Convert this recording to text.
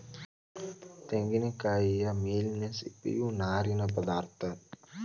ತೆಂಗಿನಕಾಯಿಯ ಮೇಲಿನ ಸಿಪ್ಪೆಯ ನಾರಿನ ಪದಾರ್ಥ